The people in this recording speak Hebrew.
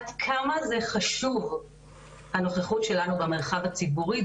עד כמה זה חשוב הנוכחות שלנו במרחב הציבורי.